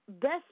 best